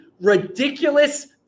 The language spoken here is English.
ridiculous